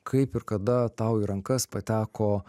kaip ir kada tau į rankas pateko